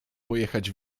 pojechać